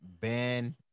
Ben